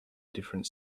different